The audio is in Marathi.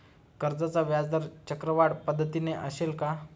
कर्जाचा व्याजदर चक्रवाढ पद्धतीने असेल का?